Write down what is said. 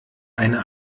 eine